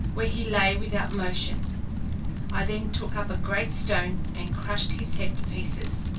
where he lay without motion i then took up a great stone, and crushed his head to pieces.